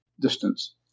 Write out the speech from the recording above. Distance